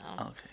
Okay